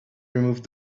removed